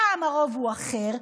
פעם הרוב אחר,